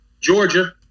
Georgia